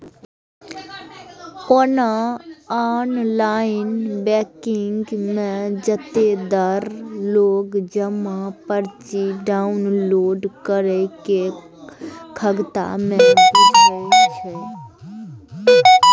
ओना online banking मे जादेतर लोक जमा पर्ची डॉउनलोड करै के खगता नै बुझै छै